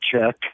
check